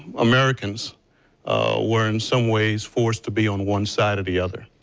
americans were in some ways forced to be on one side or the other.